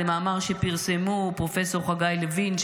זה מאמר שפרסמו פרופ' חגי לוין,